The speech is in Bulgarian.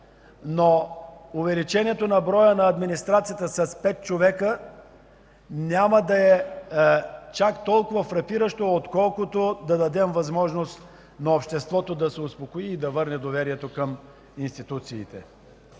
но увеличението на броя на администрацията с пет човека няма да е чак толкова фрапиращо, колкото да дадем възможност на обществото да се успокои и да върне доверието към институциите.